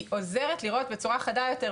היא עוזרת לראות בצורה חדה יותר,